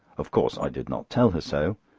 of course i did not tell her so.